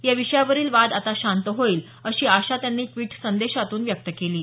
या विषयावरील वाद आता शांत होईल अशी आशा त्यांनी ट्वीट संदेशातून व्यक्त केली आहे